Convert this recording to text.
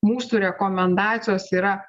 mūsų rekomendacijos yra